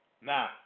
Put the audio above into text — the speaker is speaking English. Now